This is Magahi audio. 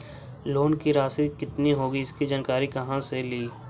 लोन की रासि कितनी होगी इसकी जानकारी कहा से ली?